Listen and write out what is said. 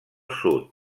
sud